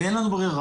ואין לנו ברירה,